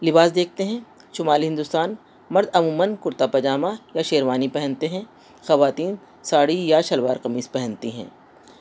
لباس دیکھتے ہیں شمالی ہندوستان مرد عموماً کرتا پائجامہ یا شیروانی پہنتے ہیں خواتین ساڑی یا شلوار قمیص پہنتی ہیں